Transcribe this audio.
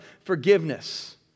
forgiveness